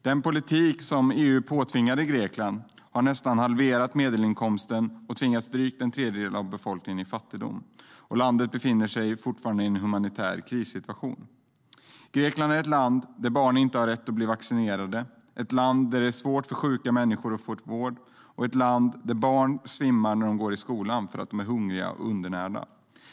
Den politik som EU påtvingade Grekland har nästan halverat medelinkomsten och tvingat drygt en tredjedel av befolkningen i fattigdom. Landet befinner sig fortfarande i en humanitär krissituation. Grekland är ett land där barn inte har rätt att bli vaccinerade, ett land där det är svårt för sjuka människor att få vård och ett land där barn svimmar i skolan därför att de är hungriga och undernärda.